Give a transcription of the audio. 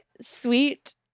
sweet